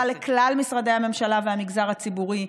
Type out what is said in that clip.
לכלל משרדי הממשלה והמגזר הציבורי.